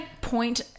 point